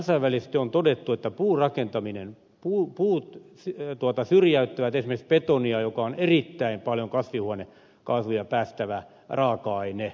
kansainvälisesti on todettu että puurakentaminen puut syrjäyttävät esimerkiksi betonia joka on erittäin paljon kasvihuonekaasuja päästävä raaka aine